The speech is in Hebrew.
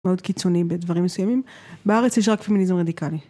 מאוד קיצוני בדברים מסוימים בארץ יש רק פמיניזם רדיקלי